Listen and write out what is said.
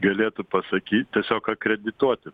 galėtų pasakyt tiesiog akredituoti